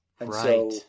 Right